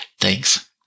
Thanks